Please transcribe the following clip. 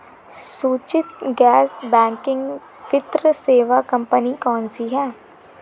सुरक्षित गैर बैंकिंग वित्त सेवा कंपनियां कौनसी हैं?